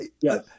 Yes